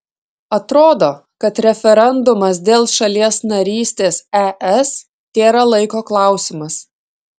atrodo kad referendumas dėl šalies narystės es tėra laiko klausimas